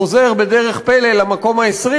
חוזר בדרך פלא למקום ה-20,